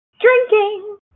Drinking